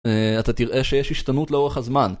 אתה תראה שיש השתנות לאורך הזמן